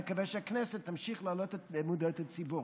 אני מקווה שהכנסת תמשיך להעלות את מודעות הציבור.